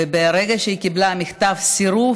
וברגע שהיא קיבלה מכתב סירוב,